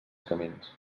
camins